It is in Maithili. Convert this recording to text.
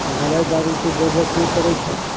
दबाइ दारूके जरूरत नहि पड़य छै